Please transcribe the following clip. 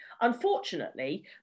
Unfortunately